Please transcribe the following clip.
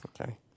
Okay